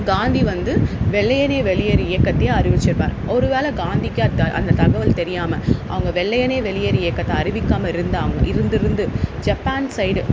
காந்தி வந்து வெள்ளையனே வெளியேறு இயக்கத்தையும் அறிவிச்சிருப்பார் ஒரு வேளை காந்திக்கு அந் த அந்த தகவல் தெரியாமல் அவங்க வெள்ளையனே வெளியேறு இயக்கத்தை அறிவிக்காமல் இருந்தாங்க இருந்திருந்து ஜப்பான் சைடு